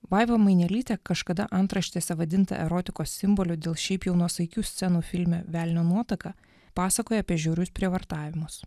vaiva mainelytė kažkada antraštėse vadinta erotikos simboliu dėl šiaip jau nuosaikių scenų filme velnio nuotaka pasakoja apie žiaurius prievartavimus